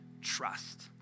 trust